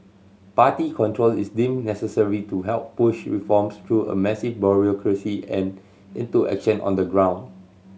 party control is deemed necessary to help push reforms through a massive bureaucracy and into action on the ground